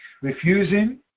refusing